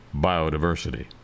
biodiversity